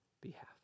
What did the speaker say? behalf